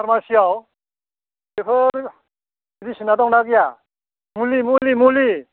फारमासियाव बेफोर मेडिसिना दं ना गैया मुलि मुलि मुलि